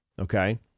Okay